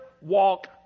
walk